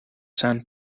sand